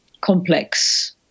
complex